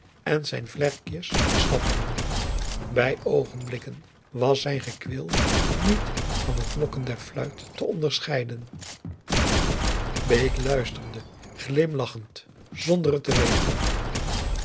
en zijn vlerkjes slap hingen bij oogenblikken was zijn gekweel niet van het lokken der fluit te onderscheiden bake luisterde glimlachend zonder het te weten